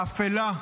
באפלה,